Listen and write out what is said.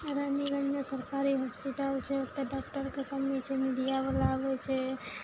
नगर निगममे सरकारी होस्पिटल छै ओतऽ डॉक्टरके कमी छै मीडिया वाला आबै छै